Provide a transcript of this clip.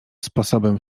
sposobem